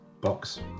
box